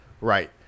Right